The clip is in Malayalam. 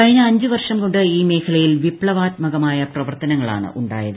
കഴിഞ്ഞ അഞ്ചുവർഷം കൊണ്ട് ഈ മേഖലയിൽ വിപ്തവാത്മകമായ പരിവർത്തനങ്ങളാണ് ഉണ്ടായത്